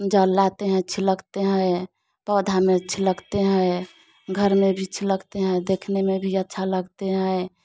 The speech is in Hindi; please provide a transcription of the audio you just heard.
जाल लाते हैं छिलकते हैं पौधा में छिलकते हैं घर में भी छिलकते हैं देखने में भी अच्छा लगते हैं